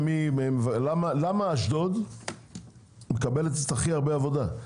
למה אשדוד מקבלת הכי הרבה עבודה?